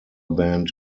band